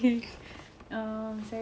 apa yang saya boleh buat